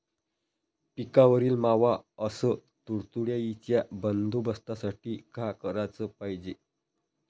पिकावरील मावा अस तुडतुड्याइच्या बंदोबस्तासाठी का कराच पायजे?